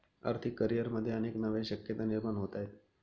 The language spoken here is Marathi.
आर्थिक करिअरमध्ये अनेक नव्या शक्यता निर्माण होत आहेत